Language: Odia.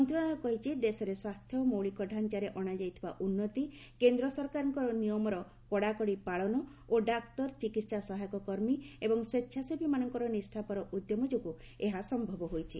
ମନ୍ତ୍ରଣାଳୟ କହିଛି ଦେଶରେ ସ୍ୱାସ୍ଥ୍ୟ ମୌଳିକ ଢାଞ୍ଚାରେ ଅଣାଯାଇଥିବା ଉନ୍ନତି କେନ୍ଦ୍ର ସରକାରଙ୍କ ନିୟମର କଡ଼ାକଡ଼ି ପାଳନ ଓ ଡାକ୍ତର ଚିକିହା ସହାୟକ କର୍ମୀ ଏବଂ ସ୍ୱେଚ୍ଛାସେବୀମାନଙ୍କ ନିଷ୍ଠାପର ଉଦ୍ୟମ ଯୋଗୁଁ ଏହା ସମ୍ଭବ ହୋଇଛି